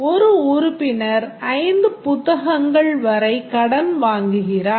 ஒரு உறுப்பினர் 5 புத்தகங்கள் வரை கடன் வாங்குகிறார்